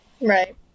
Right